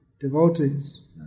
devotees